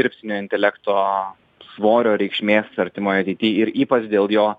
dirbtinio intelekto svorio reikšmės artimoj ateity ir ypač dėl jo